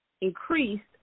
increased